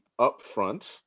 upfront